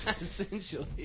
Essentially